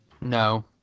No